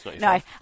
No